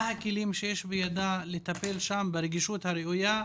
מה הכלים שיש בידה כדי לטפל שם ברגישות הראויה.